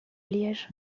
liège